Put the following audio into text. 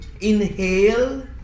Inhale